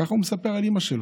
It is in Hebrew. ככה הוא מספר על אימא שלו,